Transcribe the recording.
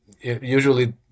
usually